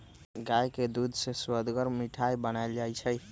गाय के दूध से सुअदगर मिठाइ बनाएल जाइ छइ